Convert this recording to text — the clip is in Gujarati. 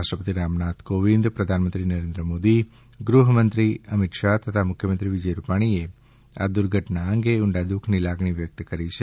રાષ્ટ્રપતિ રામનાથ કોવિંદ પ્રધાનમંત્રી નરેન્દ્ર મોદી ગૃહમંત્રી અમીતશાહ તથા મુખ્યમંત્રી વિજય રૂપાણીએ આ દુર્ઘટના અંગે ઊંડા દુઃખની લાગણી વ્યકત કરી છે